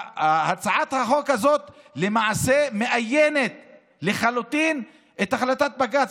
הצעת החוק הזאת למעשה מאיינת לחלוטין את החלטת בג"ץ,